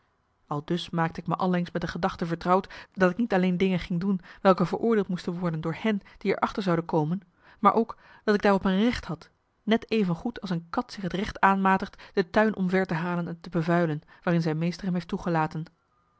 aldus maakte ik me allengs met de gedachte vertrouwd dat ik niet alleen dingen ging doen welke veroordeeld moesten worden door hen die er achter zouden komen maar ook dat ik daarop een recht had net even goed als een kat zich het recht aanmatigt de tuin omver te halen en te bevuilen waarin zijn meester m heeft toegelaten